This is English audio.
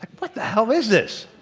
what the hell is this?